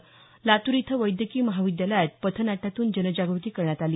तसंच लातूर इथं वैद्यकीय महाविद्यालयात पथनाट्यातून जनजागृती करण्यात आली